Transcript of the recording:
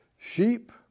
sheep